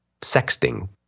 sexting